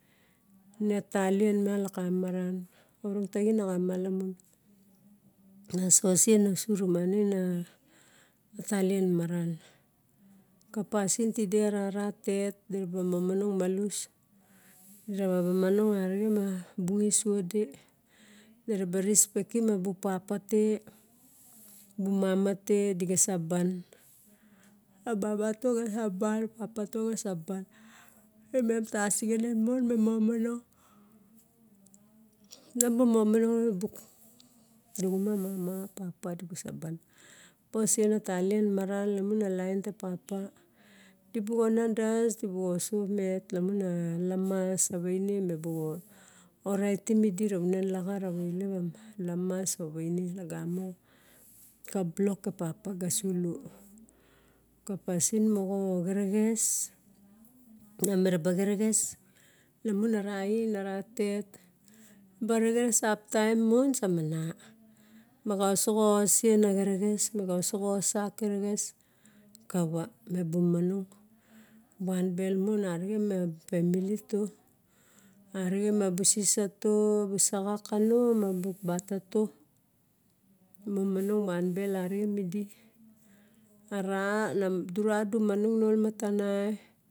En talan em lok kamarn, orotagin na kama lamon. Na sosen tomine a talen marn, ka pasin tede a na tet deraba momong malus, deraba momong areg na bu esoda deraba respect em a lou papa te, bu mama te dega saban, a mamata gasa bane papa tu gasa ban em tasegen mon me momong yo bu momong aregan mon; duguma mama, papa du ka saban parsenatalan marn laman linte papa de bu ainindas debu osomet lamon a lamas yary nen me bu oritim edi rava ounin laga rava hunim laga rava ounum laga rava no lep a lamas or viene lagamo ka blok ka papa ga sulo, ka pasin moga gerges ma merba gerges lamon a ra xir moga ra tet xiraba gerge uptim mon samana maksogo sen a gerge meka sogo osek gerges kawa mebu mono onbel mon aregen ma family. Tu aregen ma bu sesatu busagukano mabu bata tu momong vienbel mon aregen me di a ra nan dura du ma nono